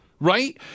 Right